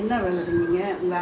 ya lah you you